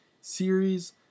series